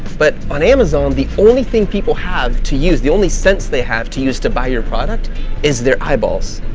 but on amazon the only thing people have to use, the only sense they have to use to buy your product is their eyeballs.